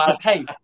Hey